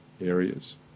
areas